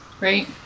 right